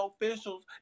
officials